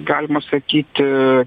galima sakyti